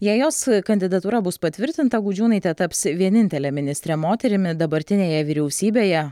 jei jos kandidatūra bus patvirtinta gudžiūnaitė taps vienintele ministre moterimi dabartinėje vyriausybėje